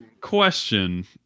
Question